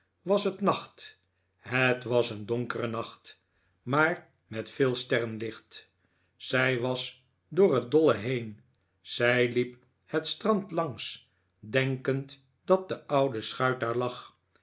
was het nacht het was een donkere nacht maar met veel sterrenlicht zij was door het dolle heen zij hep het strand langs denkend dat de oude schuit daar lag